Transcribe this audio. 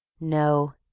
No